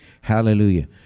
Hallelujah